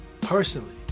personally